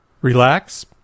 Relax